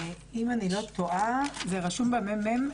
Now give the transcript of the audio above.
זה רשום במ"מ.